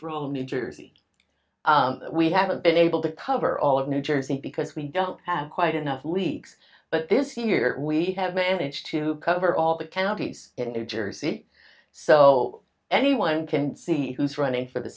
through new jersey we haven't been able to cover all of new jersey because we don't have quite enough leaks but this year we have managed to cover all the counties in new jersey so anyone can see who's running for the